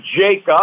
Jacob